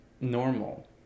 normal